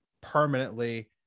permanently